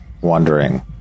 wondering